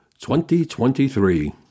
2023